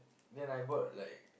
then I bought like